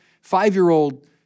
five-year-old